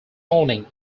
morning